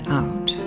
out